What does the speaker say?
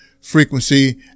frequency